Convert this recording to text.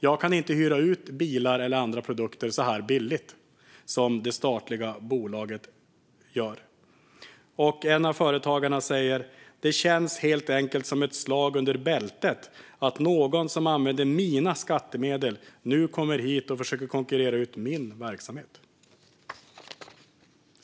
Vi kan inte hyra ut bilar eller andra produkter så billigt som det statliga bolaget gör. En småföretagare i Söderhamn säger: Det känns helt enkelt som ett slag under bältet att någon som använder mina skattemedel nu kommer hit och försöker konkurrera ut min verksamhet.